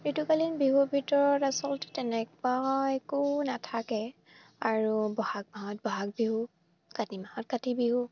ঋতুকালীন বিহুৰ ভিতৰত আচলতে তেনেকুৱা একো নাথাকে আৰু বহাগ মাহত বহাগ বিহু কাতি মাহত কাতি বিহু